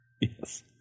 Yes